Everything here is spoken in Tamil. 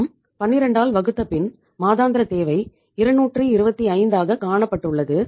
நாம் 12 ஆல் வகுத்த பின் மாதாந்திர தேவை 225 ஆக கணக்கிடப்பட்டுள்ளது